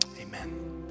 amen